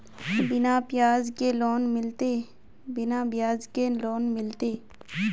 बिना ब्याज के लोन मिलते?